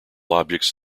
objects